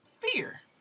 Fear